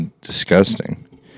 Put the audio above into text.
disgusting